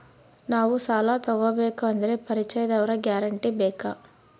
ನಾವು ಸಾಲ ತೋಗಬೇಕು ಅಂದರೆ ಪರಿಚಯದವರ ಗ್ಯಾರಂಟಿ ಬೇಕಾ?